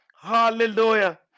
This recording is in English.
Hallelujah